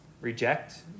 reject